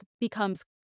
becomes